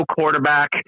quarterback